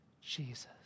Jesus